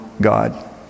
God